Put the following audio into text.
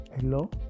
hello